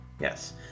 Yes